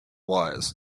wires